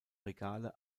regale